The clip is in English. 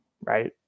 Right